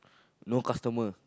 no customer